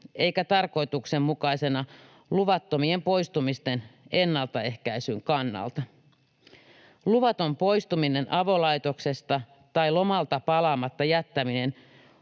eikä tarkoituksenmukaisena luvattomien poistumisten ennaltaehkäisyn kannalta. Luvaton poistuminen avolaitoksesta tai lomalta palaamatta jättäminen